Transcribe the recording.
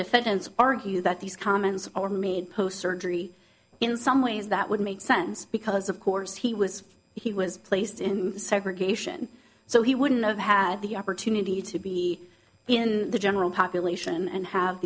defense argued that these comments were made post surgery in some ways that would make sense because of course he was he was placed in segregation so he wouldn't have had the opportunity to be in the general population and have